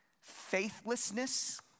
Faithlessness